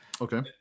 Okay